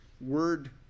word